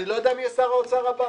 אני לא יודע מי יהיה שר האוצר הבא